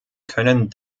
können